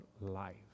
life